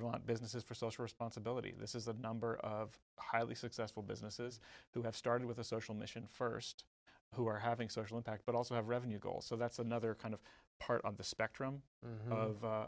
run businesses for social responsibility this is the number of highly successful businesses who have started with a social mission first who are having social impact but also have revenue goals so that's another kind of part of the spectrum of